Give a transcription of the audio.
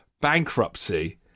Bankruptcy